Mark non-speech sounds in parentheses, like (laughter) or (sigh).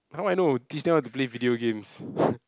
how I know teach them how to play video games (breath)